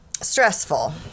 stressful